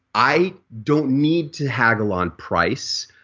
i don't need to haggle on price,